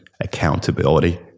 accountability